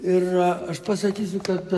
ir aš pasakysiu kad